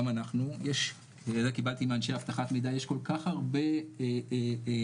גם אנחנו - את זה קיבלתי מאנשי אבטחת מידע - יש כל כך הרבה אמצעים,